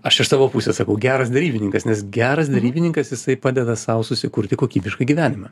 aš iš savo pusės sakau geras derybininkas nes geras derybininkas jisai padeda sau susikurti kokybišką gyvenimą